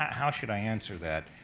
how should i answer that?